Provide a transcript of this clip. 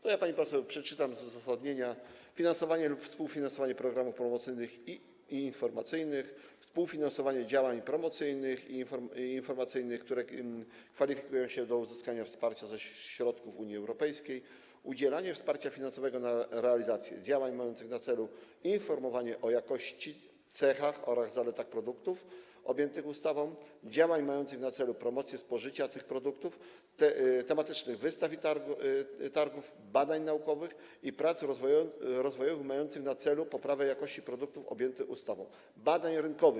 To ja pani poseł przeczytam to z uzasadnienia: finansowanie lub współfinansowanie programów promocyjnych i informacyjnych, współfinansowanie działań promocyjnych i informacyjnych, które kwalifikują się do uzyskania wsparcia ze środków Unii Europejskiej, udzielanie wsparcia finansowego na realizację działań mających na celu informowanie o jakości, cechach oraz zaletach produktów objętych ustawą, działań mających na celu promocję spożycia tych produktów, tematycznych wystaw i targów, badań naukowych i prac rozwojowych mających na celu poprawę jakości produktów objętych ustawą, badań rynkowych.